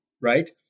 right